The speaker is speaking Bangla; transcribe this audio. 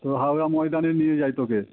হাওড়া ময়দানে নিয়ে যাই তোকে